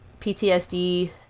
PTSD